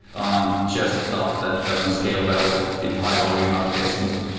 um just stuff that doesn't scale well with high volume applications.